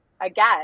again